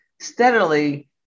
steadily